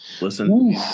Listen